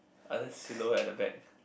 other silhouette at the back